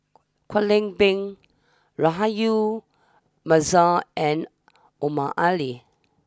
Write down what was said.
Kwek Leng Beng Rahayu Mahzam and Omar Ali